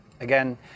Again